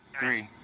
three